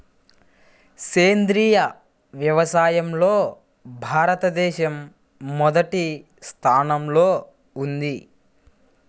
సేంద్రీయ వ్యవసాయంలో భారతదేశం మొదటి స్థానంలో ఉంది